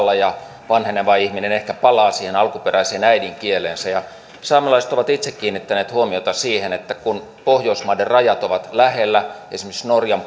monella tavalla ja vanheneva ihminen ehkä palaa siihen alkuperäiseen äidinkieleensä saamelaiset ovat itse kiinnittäneet huomiota siihen että kun pohjoismaiden rajat ovat lähellä esimerkiksi norjan